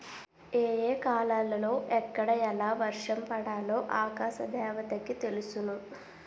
ఏ ఏ కాలాలలో ఎక్కడ ఎలా వర్షం పడాలో ఆకాశ దేవతకి తెలుసును